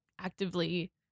actively